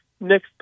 next